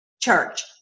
church